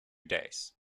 days